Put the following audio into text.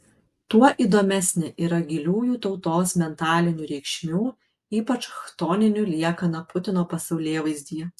tuo įdomesnė yra giliųjų tautos mentalinių reikšmių ypač chtoninių liekana putino pasaulėvaizdyje